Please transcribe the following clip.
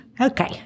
okay